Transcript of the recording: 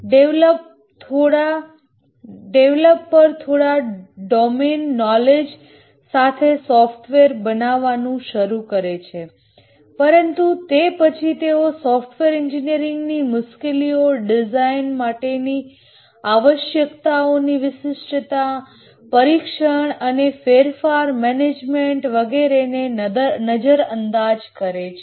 developer થોડા domain knowledge સાથે software બનાવાનુ શરૂ કરે છે પરંતુ તે પછી તેઓ સોફ્ટવેર એન્જિનિયરિંગની મુશ્કેલીઓ ડિઝાઇન માટેની આવશ્યકતાઓની સ્પેસિફિકેશન ટેસ્ટિંગ અને ફેરફાર મેનેજમેન્ટ વગેરે ને નજર અંદાજ કરે છે